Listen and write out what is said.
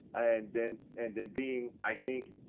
and then and then being, i think,